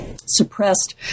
suppressed